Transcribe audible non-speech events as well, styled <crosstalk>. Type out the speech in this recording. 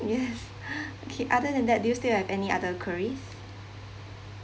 yes <laughs> okay other than that do you still have any other queries